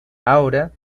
ahora